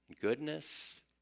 goodness